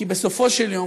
כי בסופו של דבר,